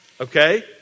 okay